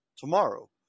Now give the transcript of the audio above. tomorrow